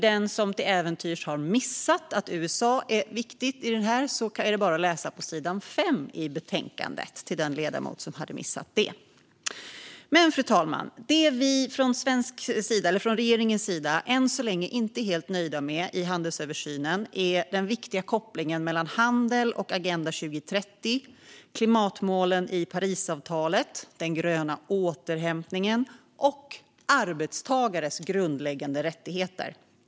Den som till äventyrs har missat att USA är viktigt i detta kan läsa på sidan 5 i betänkandet. Det säger jag till den ledamot som hade missat det. Men, fru talman, det man från regeringens sida än så länge inte är helt nöjd med i handelsöversynen är den viktiga kopplingen mellan handel och Agenda 2030, klimatmålen i Parisavtalet, den gröna återhämtningen och arbetstagares grundläggande rättigheter.